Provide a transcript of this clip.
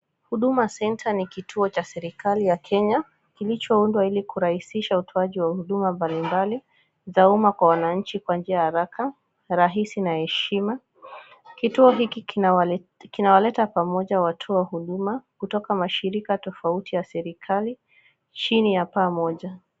HUDUMA center ni kituo cha serikali ya Kenya, ilichoundwa ili kurahisisha utoaji wa huduma mbalimbali kwa wananchi kwa njia haraka, rahisi na heshima. Kituo hiki kinawaletabwatu pamoja watu wa huduma kutoka mashirika tofauti ya serikali, chini ya paa moja.